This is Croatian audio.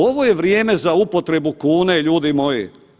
Ovo je vrijeme za upotrebu kune ljudi moji.